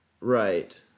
Right